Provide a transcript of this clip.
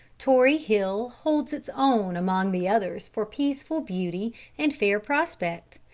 tory hill holds its own among the others for peaceful beauty and fair prospect,